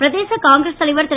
பிரதேச Congress தலைவர் திரு